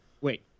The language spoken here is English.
Wait